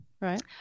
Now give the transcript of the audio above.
Right